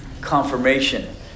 confirmation